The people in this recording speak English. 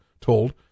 told